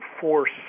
force